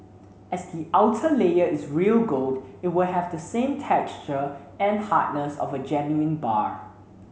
as the outer layer is real gold it will have the same texture and hardness of a genuine bar